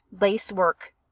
lacework